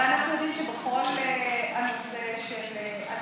אבל אנחנו יודעים שבכל הנושא של,